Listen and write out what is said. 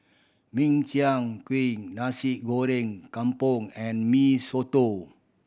Min Chiang Kueh Nasi Goreng Kampung and Mee Soto